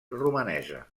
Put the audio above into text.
romanesa